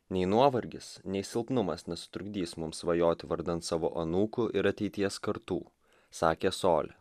nei nuovargis nei silpnumas nesutrukdys mums svajoti vardan savo anūkų ir ateities kartų sakė soli